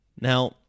Now